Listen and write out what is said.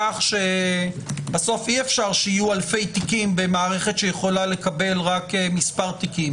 כך שבסוף אי אפשר שיהיו אלפי תיקים במערכת שיכולה לקבל רק מספר תיקים.